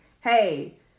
hey